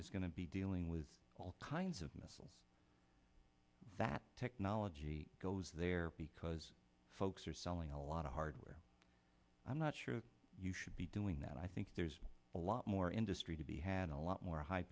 is going to be dealing with all kinds of missiles that technology goes there because folks are selling a lot of hardware i'm not sure you should be doing that i think there's a lot more interest he had a lot more high